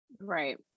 Right